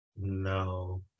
No